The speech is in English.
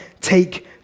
take